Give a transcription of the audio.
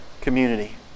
community